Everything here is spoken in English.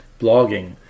blogging